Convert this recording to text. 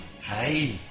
Hey